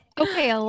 okay